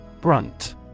Brunt